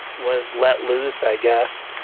was let loose, i guess,